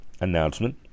announcement